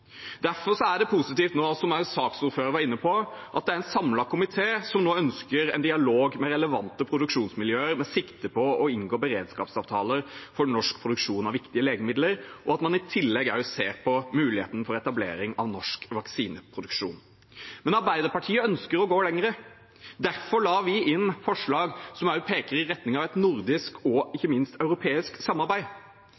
er det positivt, som også saksordføreren var inne på, at det er en samlet komité som nå ønsker en dialog med relevante produksjonsmiljøer med sikte på å inngå beredskapsavtaler for norsk produksjon av viktige legemidler, og at man i tillegg ser på muligheten for etablering av norsk vaksineproduksjon. Men Arbeiderpartiet ønsker å gå lenger. Derfor la vi inn forslag som også peker i retning av et nordisk og